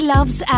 Loves